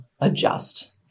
adjust